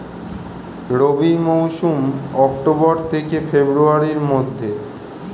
রবি মৌসুম অক্টোবর থেকে ফেব্রুয়ারির মধ্যে